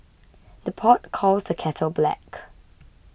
the pot calls the kettle black